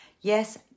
Yes